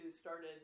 started